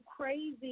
crazy